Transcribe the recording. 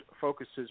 focuses